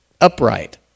upright